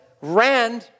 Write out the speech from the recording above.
ran